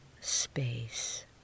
space